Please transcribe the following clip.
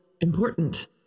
important